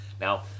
Now